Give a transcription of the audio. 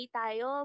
tayo